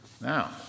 Now